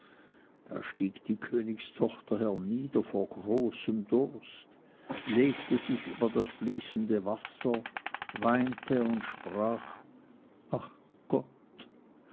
da stieg die königstochter hernieder vor großem durst legte sich über das fließende wasser weinte und sprach ach gott